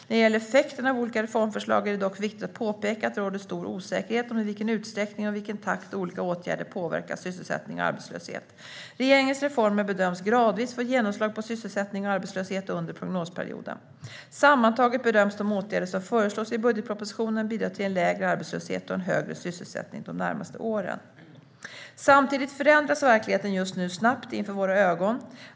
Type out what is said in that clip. När det gäller effekten av olika reformförslag är det dock viktigt att påpeka att det råder stor osäkerhet om i vilken utsträckning och i vilken takt olika åtgärder påverkar sysselsättning och arbetslöshet. Regeringens reformer bedöms gradvis få genomslag på sysselsättning och arbetslöshet under prognosperioden. Sammantaget bedöms de åtgärder som föreslås i budgetpropositionen bidra till en lägre arbetslöshet och en högre sysselsättning de närmaste åren. Samtidigt förändras verkligheten just nu snabbt inför våra ögon.